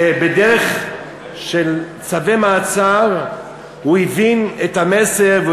ובדרך של צווי מעצר הוא הבין את המסר,